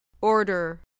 Order